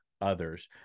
others